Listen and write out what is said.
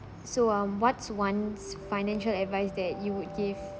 so um what's one's financial advice that you would give